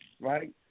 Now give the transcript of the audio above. right